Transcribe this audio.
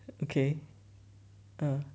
okay uh